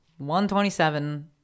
127